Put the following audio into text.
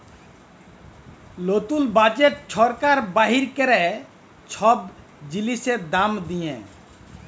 লতুল বাজেট ছরকার বাইর ক্যরে ছব জিলিসের দাম দিঁয়ে